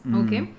okay